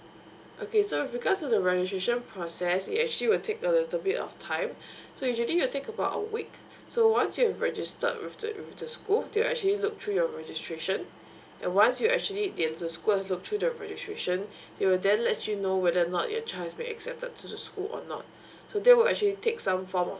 okay so with regards to the registration process it actually will take a little bit of time so usually will take about a week so once you've registered with the with the school they'll actually look through your registration and once you actually and the school have look through the registration they will then let you know whether or not your child has been accepted to the school or not so that will actually take some form of